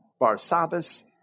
Barsabbas